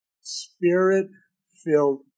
Spirit-Filled